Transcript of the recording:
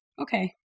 Okay